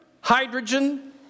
hydrogen